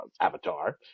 Avatar